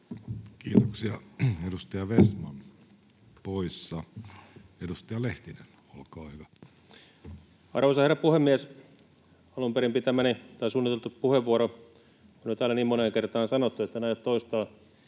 Kiitoksia. — Edustaja Vestman, poissa. — Edustaja Lehtinen, olkaa hyvä. Arvoisa herra puhemies! Alun perin suunniteltu puheenvuoro on täällä jo niin moneen kertaan sanottu, etten aio toistaa